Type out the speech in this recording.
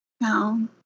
no